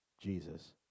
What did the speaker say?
Jesus